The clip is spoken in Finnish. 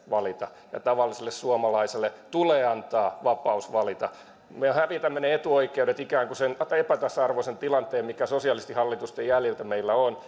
valita ja tavalliselle suomalaiselle tulee antaa vapaus valita me hävitämme ne etuoikeudet ikään kuin sen epätasa arvoisen tilanteen mikä sosialistihallitusten jäljiltä meillä on